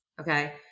okay